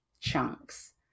chunks